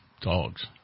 dogs